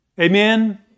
Amen